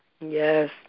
Yes